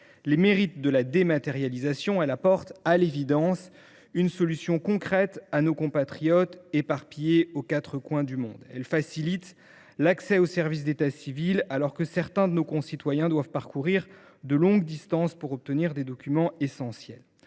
les mérites de la dématérialisation : à l’évidence, elle apporte une solution concrète à nos compatriotes éparpillés aux quatre coins du monde ; elle facilite l’accès aux services d’état civil, alors que certains de nos concitoyens doivent parcourir de longues distances pour obtenir des documents essentiels.